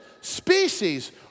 species